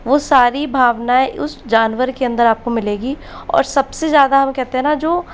वो सारी भावनएं उस जानवर के अंदर आपको मिलेंगी और सबसे ज़्यादा वो कहते है ना जो